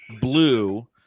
blue –